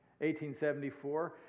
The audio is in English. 1874